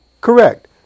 correct